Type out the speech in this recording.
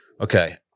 Okay